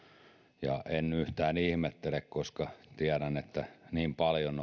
ja en yhtään ihmettele koska tiedän että olisi tutkittavaa niin paljon